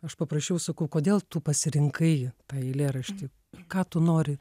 aš paprašiau sakau kodėl tu pasirinkai tą eilėraštį ką tu nori